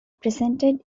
presented